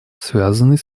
связанный